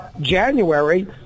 January